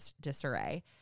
disarray